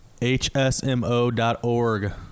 HSMO.org